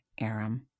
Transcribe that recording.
Aram